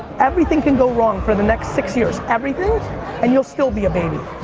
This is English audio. everything can go wrong for the next six years everything and you'll still be a baby